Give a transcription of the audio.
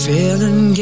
Feeling